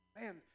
Man